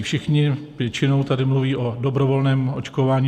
Všichni většinou tady mluví o dobrovolném očkování.